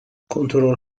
کنترل